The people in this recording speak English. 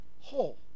whole